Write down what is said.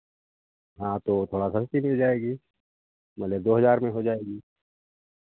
हाँ तो वो थोड़ा सस्ती मिल जाएगी मतलब दो हज़ार में हो जाएगी